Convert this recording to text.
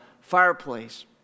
fireplace